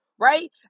right